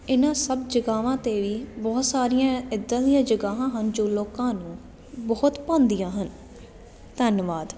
ਇਹਨਾਂ ਸਭ ਜਗਾਵਾਂ 'ਤੇ ਵੀ ਬਹੁਤ ਸਾਰੀਆਂ ਇੱਦਾਂ ਦੀਆਂ ਜਗਾਵਾਂ ਹਨ ਜੋ ਲੋਕਾਂ ਨੂੰ ਬਹੁਤ ਭਾਉਂਦੀਆਂ ਹਨ ਧੰਨਵਾਦ